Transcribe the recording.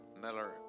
Miller